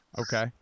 okay